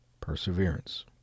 perseverance